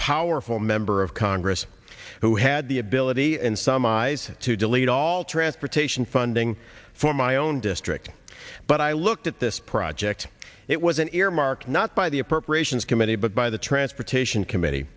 powerful member of congress who had the ability and some of these to delete all transportation funding for my own district but i looked at this project it was an earmark not by the appropriations committee but by the transportation committee